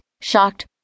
shocked